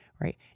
right